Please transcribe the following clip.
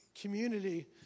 community